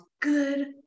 good